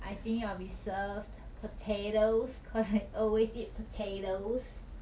I think I'll be served potatoes cause I always eat potatoes